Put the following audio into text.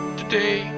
today